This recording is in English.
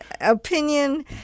opinion